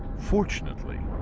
fortunately,